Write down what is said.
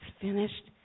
finished